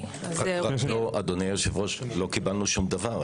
אדוני היושב-ראש, לא קיבלנו דבר.